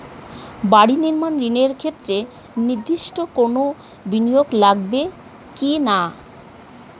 বাড়ি নির্মাণ ঋণের ক্ষেত্রে নির্দিষ্ট কোনো বিনিয়োগ লাগবে কি না?